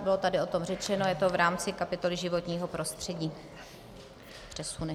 Bylo tady o tom řečeno, je to v rámci kapitoly životního prostředí přesuny.